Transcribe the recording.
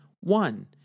One